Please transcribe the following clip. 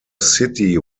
city